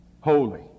holy